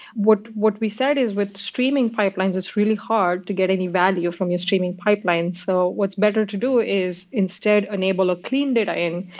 what what we said is with streaming pipelines, it's really hard to get any value you're your streaming pipeline. so what's better to do is instead enable a clean data in,